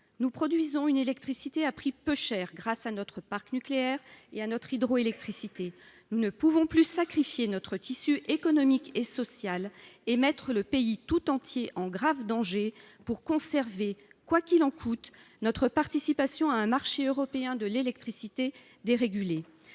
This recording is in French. Nous produisons une électricité à un prix peu élevé grâce à notre parc nucléaire et à notre hydroélectricité. Nous ne pouvons plus sacrifier notre tissu économique et social et mettre le pays tout entier en grave danger pour conserver « quoi qu'il en coûte » notre participation à un marché européen de l'électricité dérégulé.